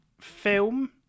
film